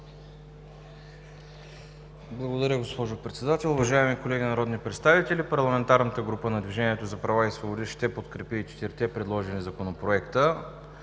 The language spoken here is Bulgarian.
Благодаря Ви, госпожо Председател. Уважаеми колеги народни представители! Парламентарната група на „Движение за права и свободи“ ще подкрепи и четирите предложени законопроекта.